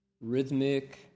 rhythmic